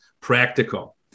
practical